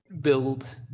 build